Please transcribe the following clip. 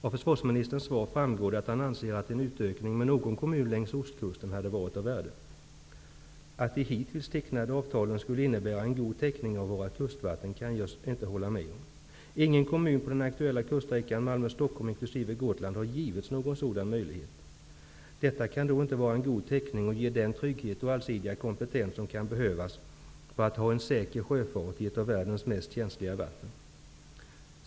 Av försvarministerns svar framgår det att han anser att en utökning med någon kommun längs ostkusten hade varit av värde. Jag kan inte hålla med om att de hittills tecknade avtalen skulle innebära en god täckning av våra kustvatten. Ingen kommun på den aktuella kuststräckan Malmö-- Stockholm, inkl. Gotland, har givits någon sådan möjlighet. Detta kan då inte utgöra en god täckning och ge den trygghet och allsidiga kompetens som kan behövas för att få en säker sjöfart i ett av världens mest känsliga vatten.